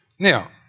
Now